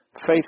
Faith